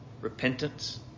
repentance